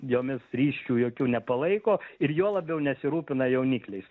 jomis ryšių jokių nepalaiko ir juo labiau nesirūpina jaunikliais